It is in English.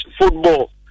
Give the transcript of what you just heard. football